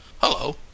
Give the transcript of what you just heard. hello